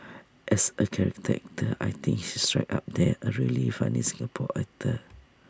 as A character actor I think he's right up there A really funny Singapore actor